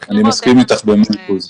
אני מסכים אתך במאה אחוזים.